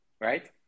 right